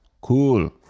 cool